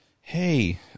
hey